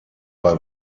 bei